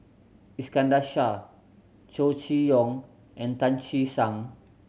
Iskandar Shah Chow Chee Yong and Tan Che Sang